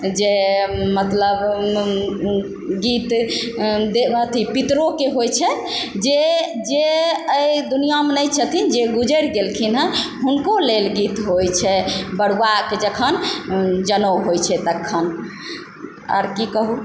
जे मतलब गीत अथी पितरोके होइत छै जे जे एहि दुनिआमे नहि छथिन जे गुजरि गेलखिन हँ हुनको लेल गीत होइत छै बरुआके जखन जनेउ होइत छै तखन आओर की कहूँ